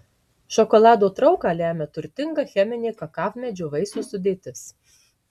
šokolado trauką lemia turtinga cheminė kakavmedžio vaisių sudėtis